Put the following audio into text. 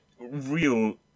real